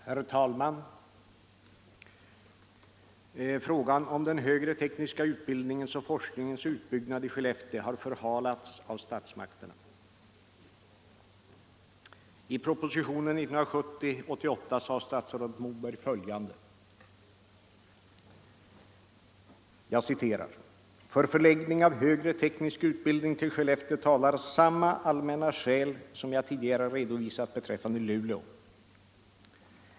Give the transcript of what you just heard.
Herr talman! Frågan om den högre tekniska utbildningens och forskningens utbyggnad i Skellefteå har förhalats av statsmakterna. I propositionen 88 år 1970 sade statsrådet Moberg följande: ”För förläggning av högre teknisk utbildning till Skellefteå talar samma allmänna skäl som jag tidigare redovisat beträffande Luleå.